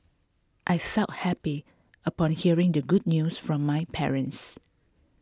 I felt happy upon hearing the good news from my parents